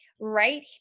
right